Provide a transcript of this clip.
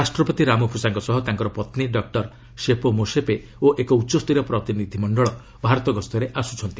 ରାଷ୍ଟ୍ରପତି ରାମଫୋସାଙ୍କ ସହ ତାଙ୍କର ପତ୍ନୀ ଡକ୍କର ଶେପୋ ମୋସେପେ ଓ ଏକ ଉଚ୍ଚସ୍ତରୀୟ ପ୍ରତିନିଧି ମଣ୍ଡଳ ଭାରତ ଗସ୍ତରେ ଆସ୍ବଛନ୍ତି